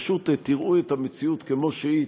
פשוט תראו את המציאות כמו שהיא,